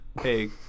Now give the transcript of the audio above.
Hey